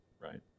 right